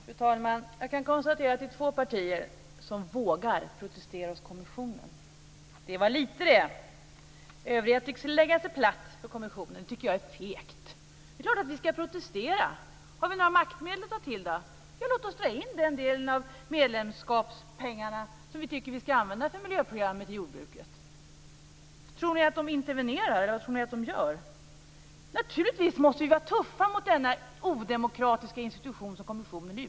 Fru talman! Jag kan konstatera att det är två partier som vågar protestera hos kommissionen. Det var lite! Övriga tycks lägga sig platt för kommissionen. Det tycker jag är fegt. Det är klart att vi ska protestera! Har vi några maktmedel att ta till? Låt oss dra in den delen av medlemskapspengarna som vi tycker att vi ska använda för miljöprogrammet till jordbruket. Tror ni att kommissionen intervenerar, eller vad tror ni att den gör? Naturligtvis måste vi vara tuffa mot den odemokratiska institution som kommissionen utgör.